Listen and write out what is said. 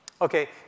Okay